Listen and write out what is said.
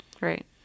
Right